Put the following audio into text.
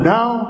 Now